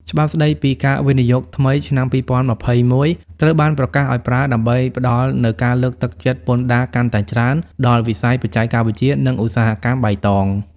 ច្បាប់ស្ដីពីការវិនិយោគថ្មីឆ្នាំ ២០២១ ត្រូវបានប្រកាសឱ្យប្រើដើម្បីផ្ដល់នូវការលើកទឹកចិត្តពន្ធដារកាន់តែច្រើនដល់វិស័យបច្ចេកវិទ្យា និងឧស្សាហកម្មបៃតង។